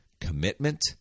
commitment